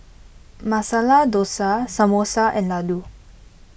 Masala Dosa Samosa and Ladoo